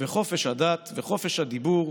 / וחופש הדת / וחופש הדיבור,